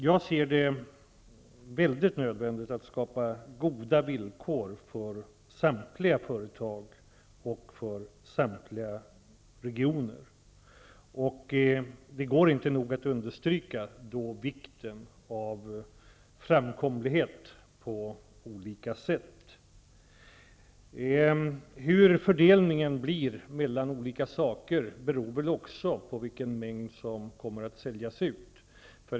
Jag ser det som synnerligen nödvändigt att skapa goda villkor för samtliga företag och regioner. Det går inte att nog understryka vikten av framkomlighet på olika sätt. Hur fördelningen blir mellan olika områden beror också på den mängd som skall säljas ut.